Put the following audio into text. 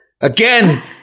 Again